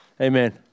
Amen